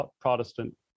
protestant